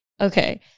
Okay